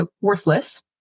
worthless